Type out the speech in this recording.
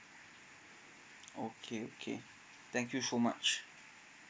okay okay thank you so much